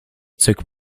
took